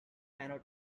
cannot